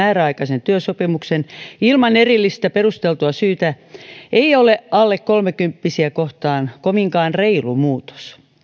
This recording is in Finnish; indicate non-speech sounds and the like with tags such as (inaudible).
(unintelligible) määräaikaisen työsopimuksen ilman erillistä perusteltua syytä ei ole alle kolmekymppisiä kohtaan kovinkaan reilu muutos